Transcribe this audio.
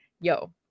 Yo